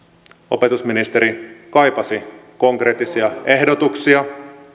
opetusministeri kaipasi konkreettisia ehdotuksia